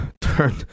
turn